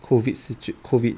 COVID situ~ COVID